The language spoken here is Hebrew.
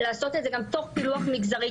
לעשות את זה גם תוך פילוח מגזרי.